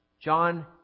John